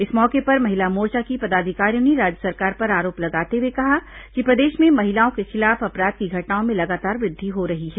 इस मौके पर महिला मोर्चा की पदाधिकारियों ने राज्य सरकार पर आरोप लगाते हुए कहा कि प्रदेश में महिलाओं के खिलाफ अपराध की घटनाओं में लगातार वृद्वि हो रही है